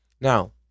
Now